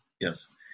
yes